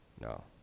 No